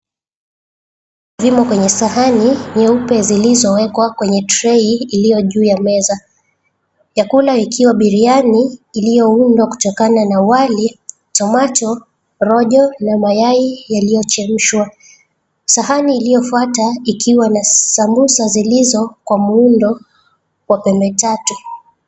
Vimo kwenye sahani nyeupe zilizowekwa kwenye trey iliyo juu ya meza. Vyakula ikiwa biriani iliyoundwa kutokana na wali, tomato , rojo na mayai yaliyochemshwa. Sahani iliyofuata ikiwa na sambusa zilizo kwa muundo wa pembe tatu.